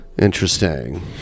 interesting